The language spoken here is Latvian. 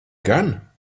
gan